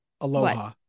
Aloha